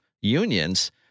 unions